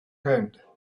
hand